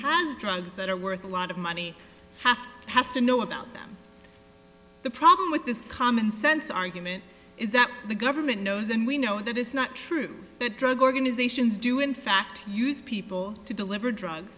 has drugs that are worth a lot of money half has to know about them the problem with this commonsense argument is that the government knows and we know that it's not true that drug organizations do in fact use people to deliver drugs